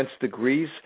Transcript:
degrees